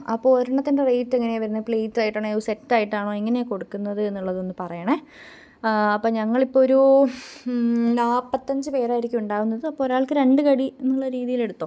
അപ്പോൾ ഒരെണ്ണത്തിന്റെ റേയ്റ്റെങ്ങനെയാണ് വരുന്നത് പ്ലേയ്റ്റായിട്ടാണോ ഒരു സെറ്റായിട്ടാണോ എങ്ങനെയാണ് കൊടുക്കുന്നത് എന്നുള്ളതൊന്ന് പറയണം അപ്പം ഞങ്ങളിപ്പം ഒരു നാൽപ്പത്തഞ്ച് പേരായിരിക്കുമുണ്ടാവുന്നത് അപ്പോൾ ഒരാൾക്ക് രണ്ട് കടി എന്നുള്ള രീതീലെടുത്തോളൂ